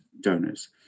donors